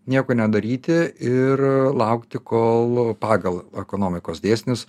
nieko nedaryti ir laukti kol pagal ekonomikos dėsnius